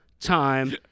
time